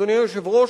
אדוני היושב-ראש,